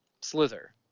Slither